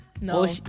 No